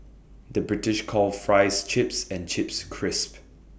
the British calls Fries Chips and Chips Crisps